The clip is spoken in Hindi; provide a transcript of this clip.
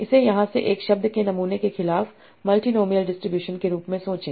इसे यहाँ से एक शब्द के नमूने के खिलाफ मल्टीनोमिअल डिस्ट्रीब्यूशन के रूप में सोचें